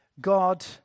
God